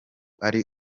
ari